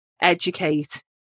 educate